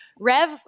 Rev